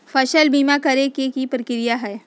फसल बीमा करे के प्रक्रिया का हई?